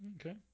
okay